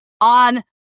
on